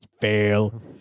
Fail